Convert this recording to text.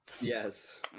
Yes